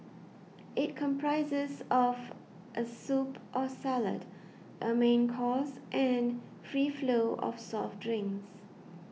it comprises of a soup or salad a main course and free flow of soft drinks